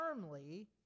firmly